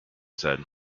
said